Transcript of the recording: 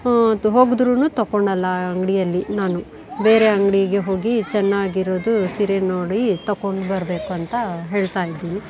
ಹೋದ್ರೂನು ತೊಗೊಳಲ್ಲ ಆ ಅಂಗಡಿಯಲ್ಲಿ ನಾನು ಬೇರೆ ಅಂಗಡಿಗೆ ಹೋಗಿ ಚೆನ್ನಾಗಿರೋದು ಸೀರೆ ನೋಡಿ ತಗೊಂಡು ಬರಬೇಕು ಅಂತ ಹೇಳ್ತಾಯಿದ್ದೀನಿ